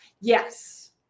yes